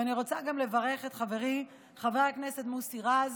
ואני רוצה גם לברך את חברי חבר הכנסת מוסי רז,